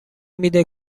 میده